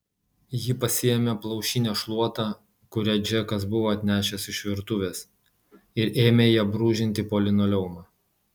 ji pasiėmė plaušinę šluotą kurią džekas buvo atnešęs iš virtuvės ir ėmė ja brūžinti po linoleumą